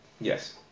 Yes